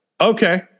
Okay